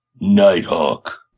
nighthawk